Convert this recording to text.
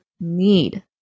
need